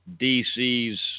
DC's